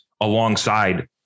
alongside